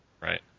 Right